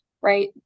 right